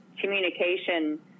communication